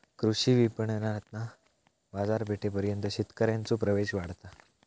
कृषी विपणणातना बाजारपेठेपर्यंत शेतकऱ्यांचो प्रवेश वाढता